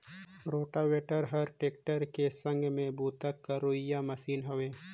rotavator हर tractor के संघ में बूता करोइया मसीन हवे